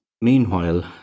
Meanwhile